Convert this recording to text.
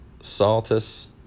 Saltus